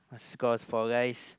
cause for guys